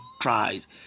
tries